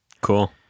Cool